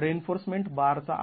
reinforcement बारचा आकार